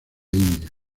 india